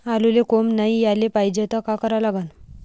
आलूले कोंब नाई याले पायजे त का करा लागन?